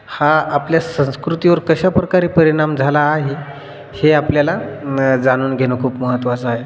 हा आपल्या संस्कृतीवर कशा प्रकारे परिणाम झाला आहे हे आपल्याला जाणून घेणं खूप महत्त्वाचं आहे